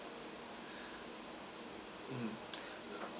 mm